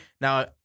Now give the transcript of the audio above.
Now